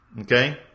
Okay